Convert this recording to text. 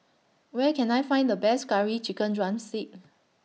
Where Can I Find The Best Curry Chicken Drumstick